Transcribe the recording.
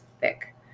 thick